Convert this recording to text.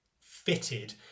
fitted